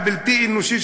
הבלתי-אנושי,